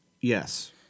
Yes